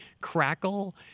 Crackle